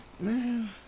Man